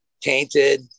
Tainted